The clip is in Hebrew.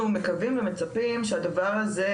אנחנו מקווים ומצפים שהדבר הזה,